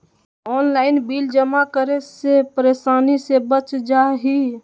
Online bill जमा करे से परेशानी से बच जाहई?